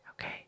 Okay